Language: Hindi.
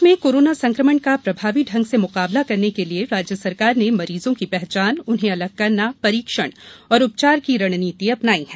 प्रदेश में कोरोना संक्रमण का प्रभावी ढंग से मुकाबला करने के लिए राज्य सरकार ने मरीजों की पहचान उन्हें अलग करना परीक्षण और उपचार की रणनीति अपनाई है